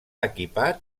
equipat